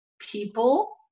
people